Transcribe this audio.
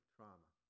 Trauma